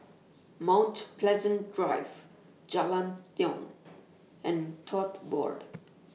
Mount Pleasant Drive Jalan Tiong and Tote Board